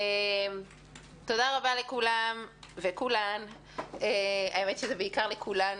תודה רבה לכולם ולכולן, האמת שזה בעיקר לכולן.